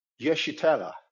yeshitela